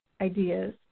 ideas